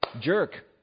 jerk